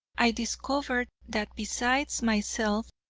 i discovered that besides myself,